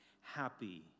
happy